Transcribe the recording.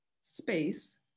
space